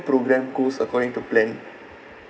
program goes according to plan